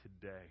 today